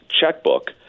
checkbook